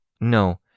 No